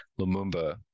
Lumumba